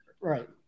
Right